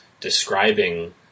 describing